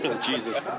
Jesus